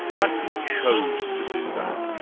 but he chose to do that,